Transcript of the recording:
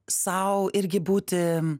sau irgi būti